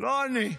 לא אני,